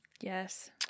Yes